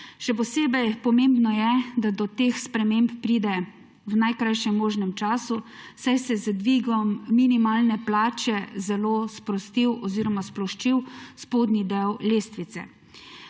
Še posebej pomembno je, da do teh sprememb pride v najkrajšem možnem času, saj se je z dvigom minimalne plače zelo sploščil spodnji del lestvice,